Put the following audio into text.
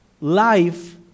life